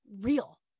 real